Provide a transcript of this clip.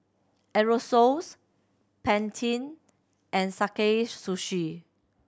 Aerosoles Pantene and Sakae Sushi